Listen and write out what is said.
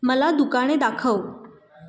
मला दुकाने दाखव